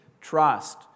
trust